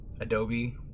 Adobe